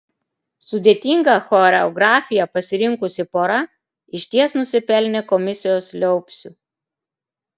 sudėtingą choreografiją pasirinkusi pora išties nusipelnė komisijos liaupsių